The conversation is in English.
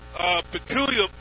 peculiar